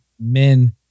men